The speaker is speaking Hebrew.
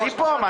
היא פה.